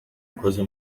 ikoze